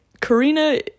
Karina